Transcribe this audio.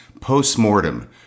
postmortem